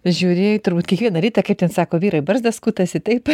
žiūrėjai turbūt kiekvieną rytą kaip ten sako vyrai barzdas skutasi taip